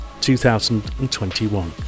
2021